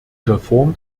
reform